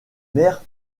maires